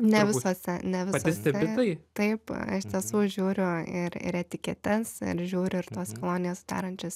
ne visuose ne visuose taip na iš tiesų žiūriu ir ir etiketes ir žiūriu ir tuos kolonijas sudarančius